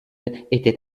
était